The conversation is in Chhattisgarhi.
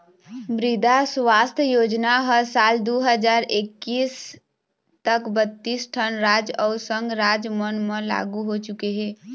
मृदा सुवास्थ योजना ह साल दू हजार एक्कीस तक बत्तीस ठन राज अउ संघ राज मन म लागू हो चुके हे